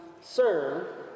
Sir